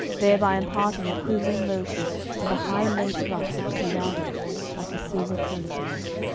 thereby imparting a quivering motion to the high lace ruff which surrounded it like a silver trellis-work.